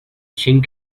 sink